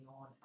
on